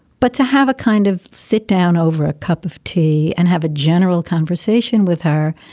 but to have a kind of sit down over a cup of tea and have a general conversation with her,